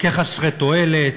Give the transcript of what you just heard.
כחסרי תועלת,